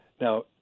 Now